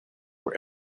were